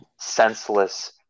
senseless